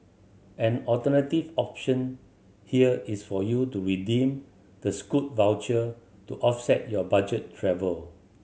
an alternative option here is for you to redeem the Scoot voucher to offset your budget travel